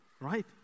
Right